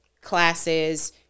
classes